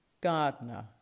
Gardener